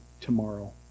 tomorrow